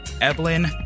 Evelyn